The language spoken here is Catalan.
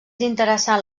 interessant